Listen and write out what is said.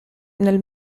nel